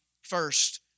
first